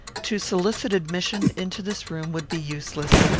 to solicit admission into this room would be useless.